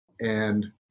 And-